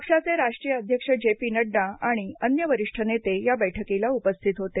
पक्षाचे राष्ट्रीय अध्यक्ष जे पी नड्डा आणि अन्य वरिष्ठ नेते या बैठकीला उपस्थित होते